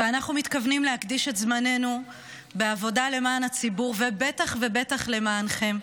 ואנחנו מתכוונים להקדיש את זמננו לעבודה למען הציבור ובטח ובטח למענכם.